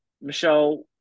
Michelle